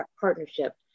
partnership